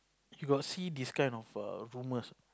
you got see this kind of err rumors